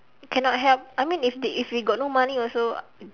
cannot help I mean if they if we got no money also